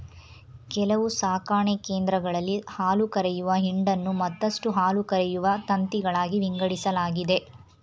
ಕೆಲವು ಸಾಕಣೆ ಕೇಂದ್ರಗಳಲ್ಲಿ ಹಾಲುಕರೆಯುವ ಹಿಂಡನ್ನು ಮತ್ತಷ್ಟು ಹಾಲುಕರೆಯುವ ತಂತಿಗಳಾಗಿ ವಿಂಗಡಿಸಲಾಗಿದೆ